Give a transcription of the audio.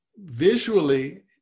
visually